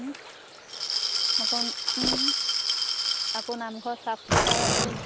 আকৌ আকৌ নামঘৰৰ চাফ চফাই আছেই